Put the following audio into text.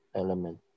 element